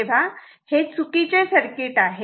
तेव्हा हे चुकीचे सर्किट आहे